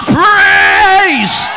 praise